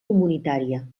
comunitària